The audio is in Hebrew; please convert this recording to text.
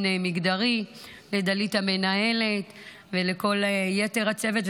מגדרי: לדלית המנהלת ולכל יתר הצוות.